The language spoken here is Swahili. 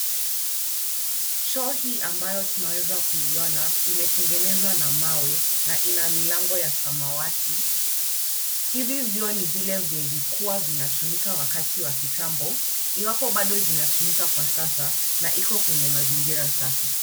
Choo hii ambayo tumeweza kuiona, imetengenezwa na mawe na ina milango ya samawati. Hivi vyoo ni vile vilikuwa vinatumika wakati wa kitambo. Iwapo bado zipozinatumika kwa sasa, na iko kwenye mazingira safi.